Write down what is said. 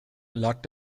lag